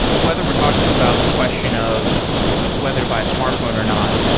whether we're talking about the question of whether buy a smartphone or not.